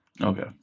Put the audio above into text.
Okay